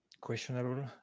questionable